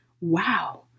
wow